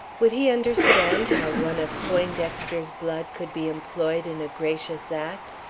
would he understand how one of poindexter's blood could be employed in a gracious act,